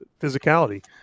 physicality